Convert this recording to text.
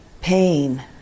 Pain